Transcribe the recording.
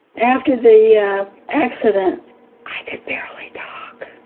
after the accident i could barely talk,